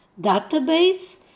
database